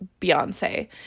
Beyonce